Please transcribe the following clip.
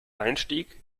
einstieg